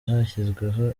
hashyizweho